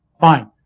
Fine